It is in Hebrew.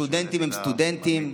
סטודנטים הם סטודנטים,